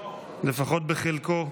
לפחות בחלקה,